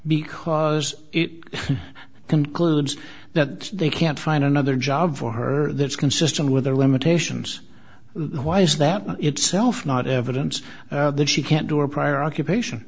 because it concludes that they can't find another job for her that's consistent with their limitations why is that itself not evidence that she can't do a prior occupation